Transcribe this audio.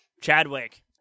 Chadwick